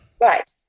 Right